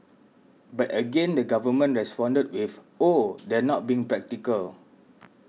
but again the Government responded with oh they're not being practical